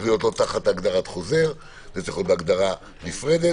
להיות לא הגדרת חוזר אלא בהגדרה נפרדת,